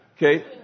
Okay